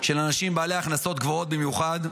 של אנשים בעלי הכנסות גבוהות במיוחד,